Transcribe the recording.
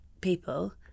people